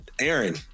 Aaron